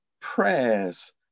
prayers